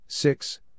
Six